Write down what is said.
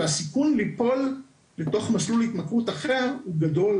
והסיכון ליפול לתוך מסלול התמכרות אחר הוא גדול